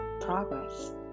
progress